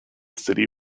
city